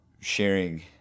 sharing